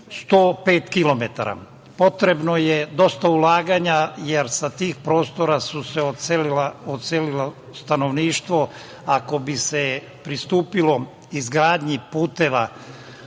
105 kilometara. Potrebno je dosta ulaganja, jer sa tih prostora se odselilo stanovništvo. Ako bi se pristupilo izgradnji puteva,